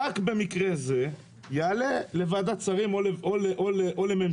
רק במקרה זה יעלה לוועדת שרים או לממשלה.